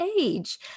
age